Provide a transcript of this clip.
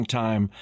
time